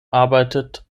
arbeitet